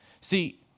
See